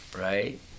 right